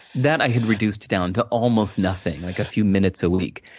that, i had reduced down to almost nothing. like, a few minutes a week.